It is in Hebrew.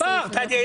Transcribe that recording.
הסברת.